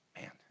Man